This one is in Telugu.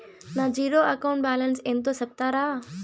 నా జీరో అకౌంట్ బ్యాలెన్స్ ఎంతో సెప్తారా?